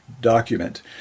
document